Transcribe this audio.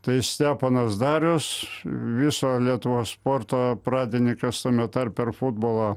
tai steponas darius viso lietuvos sporto pradininkas tame tarpe ir futbolo